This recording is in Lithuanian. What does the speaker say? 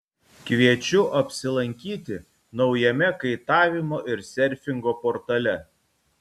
kviečiu apsilankyti naujame kaitavimo ir serfingo portale